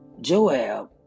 Joab